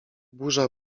burza